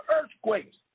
earthquakes